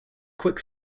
quick